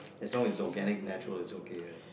as long as it's organic natural is okay ya